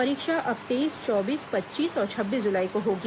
परीक्षा अब तेईस चौबीस पच्चीस और छब्बीस जुलाई को होगी